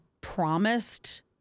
promised